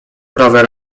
prawe